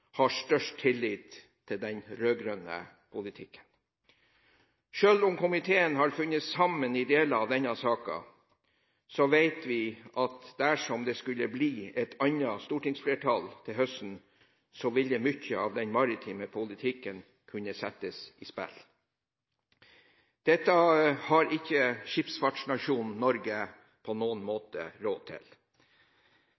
har størst tillitt til den rød-grønne politikken. Selv om komiteen har funnet sammen i deler av denne saken, vet vi at dersom det skulle bli et annet stortingsflertall til høsten, vil mye av den maritime politikken kunne settes i spill. Det har ikke skipsfartsnasjonen Norge på noen